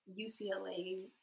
UCLA